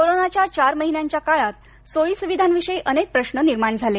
कोरोनाच्या चार महिन्यांच्या काळात सोयीसुविधांविषयी अनेक प्रश्न निर्माण झाले